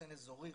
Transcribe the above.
חוסן אזורי,